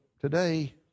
today